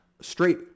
straight